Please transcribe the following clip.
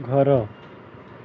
ଘର